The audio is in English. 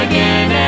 Again